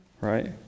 right